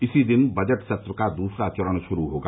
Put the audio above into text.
इसी दिन बजट सत्र का दूसरा चरण शुरू होगा